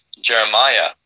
Jeremiah